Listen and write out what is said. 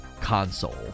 console